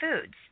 foods